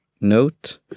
note